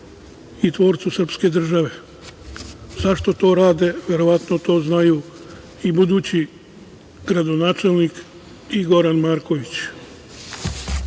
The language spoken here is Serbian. i tvorcu srpske države. Zašto to rade, verovatno to znaju i budući gradonačelnik i Goran Marković. Verujem